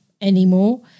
anymore